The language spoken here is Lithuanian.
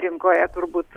rinkoje turbūt